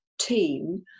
team